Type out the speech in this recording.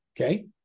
okay